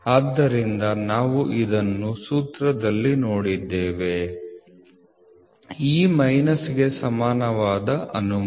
ಆದ್ದರಿಂದ ನಾವು ಇದನ್ನು ಸೂತ್ರದಲ್ಲಿ ನೋಡಿದ್ದೇವೆ ಈ ಮೈನಸ್ಗೆ ಸಮಾನವಾದ ಅನುಮತಿ